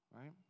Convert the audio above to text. Right